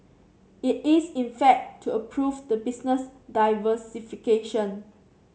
it is in fact to approve the business diversification